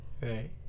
Right